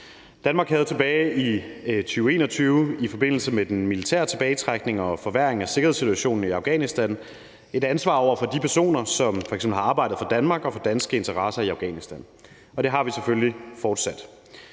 Danmark havde tilbage i 2021 i forbindelse med den militære tilbagetrækning og forværringen af sikkerhedssituationen i Afghanistan et ansvar over for de personer, som f.eks. har arbejdet for Danmark og for danske interesser i Afghanistan, og det har vi selvfølgelig fortsat.